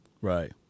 Right